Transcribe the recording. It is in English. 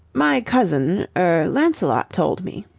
my cousin er lancelot told me.